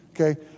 okay